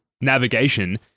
navigation